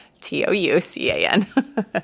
T-O-U-C-A-N